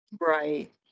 Right